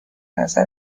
نظر